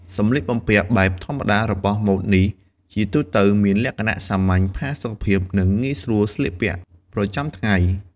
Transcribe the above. សម្លៀកបំពាក់បែបធម្មតារបស់ម៉ូដនេះជាទូទៅមានលក្ខណៈសាមញ្ញ ផាសុកភាព និងងាយស្រួលស្លៀកពាក់ប្រចាំថ្ងៃ។